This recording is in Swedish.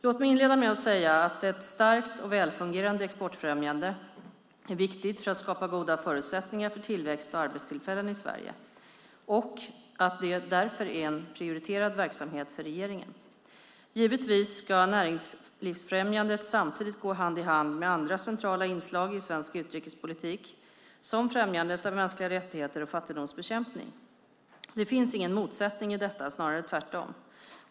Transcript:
Låt mig inleda med att säga att ett starkt och välfungerande exportfrämjande är viktigt för att skapa goda förutsättningar för tillväxt och arbetstillfällen i Sverige och att det därför är en prioriterad verksamhet för regeringen. Givetvis ska näringslivsfrämjandet samtidigt gå hand i hand med andra centrala inslag i svensk utrikespolitik, som främjandet av mänskliga rättigheter och fattigdomsbekämpning. Det finns ingen motsättning i detta, snarare tvärtom.